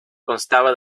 constaba